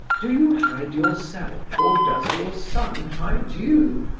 do you hide yourself, or does your son hide you?